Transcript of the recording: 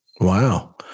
Wow